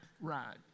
ride